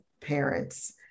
parents